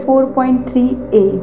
4.3a